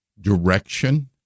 direction